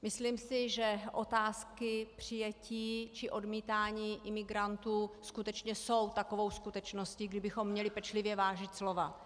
Myslím si, že otázky přijetí či odmítání imigrantů skutečně jsou takovou skutečností, kdy bychom měli pečlivě vážit slova.